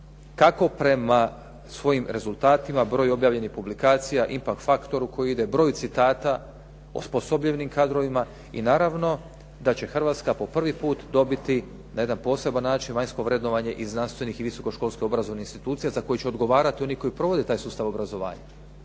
kako prema svojim rezultatima, broju objavljenih publikacija, ipa faktoru koji ide, broju citata, osposobljenim kadrovima i naravno da će Hrvatska po prvi put dobiti na jedan poseban način vanjsko vrednovanje i znanstvenih i visoko školskih obrazovanih institucija za koje će odgovarati oni koji provode taj sustav obrazovanja.